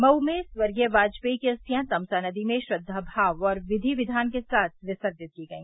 मऊ में स्वर्गीय वाजपेई की अस्थियां तमसा नदी में श्रद्वाभाव और विधि विघान के साथ विसर्जित की गई